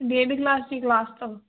ॾेढ कलाक जी क्लास अथव